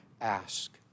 ask